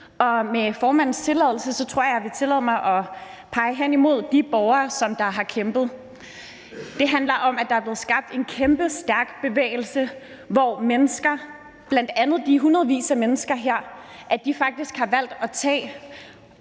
nu? Med formandens tilladelse tror jeg, jeg vil tillade mig at pege hen imod de borgere, som har kæmpet. Det handler om, at der er blevet skabt en utrolig stærk bevægelse, hvor mennesker – bl.a. de hundredvis af mennesker her – faktisk har valgt at tage